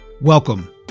Welcome